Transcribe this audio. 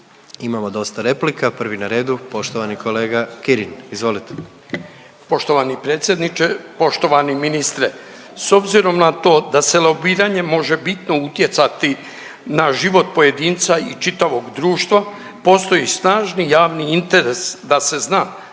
Imamo dosta replika. Prvi na redu, poštovani kolega Kirin, izvolite. **Kirin, Ivan (HDZ)** Poštovani predsjedniče, poštovani ministre, s obzirom na to da se lobiranjem može bitno utjecati na život pojedinca i čitavog društva, postoji snažni javni interes da se zna